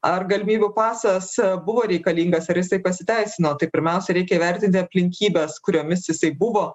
ar galimybių pasas buvo reikalingas ar jisai pasiteisino tai pirmiausia reikia vertinti aplinkybes kuriomis jisai buvo